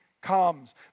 comes